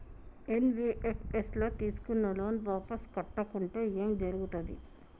NBFS ల తీస్కున్న loan వాపస్ కట్టకుంటే ఏం జర్గుతది?